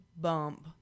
bump